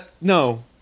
No